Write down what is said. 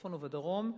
בצפון ובדרום,